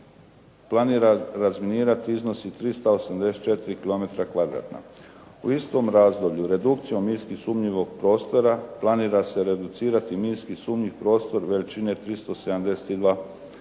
planira razminirati iznosi 384 kilometra kvadratna. U istom razdoblju redukcijom minski sumnjivog prostora planira se reducirati minski sumnjiv prostor veličine 372